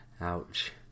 Ouch